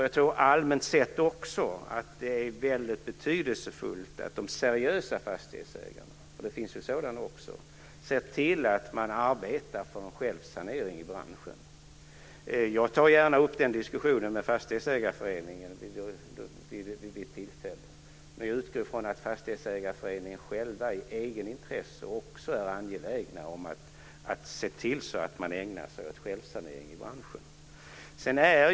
Jag tror även att det allmänt sett är väldigt betydelsefullt att de seriösa fastighetsägarna - det finns ju sådana också - ser till att arbeta för en självsanering i branschen. Jag tar vid tillfälle gärna upp den diskussionen med fastighetsägarföreningen, men jag utgår också från att den i eget intresse är angelägen om att se till att man ägnar sig åt självsanering i branschen.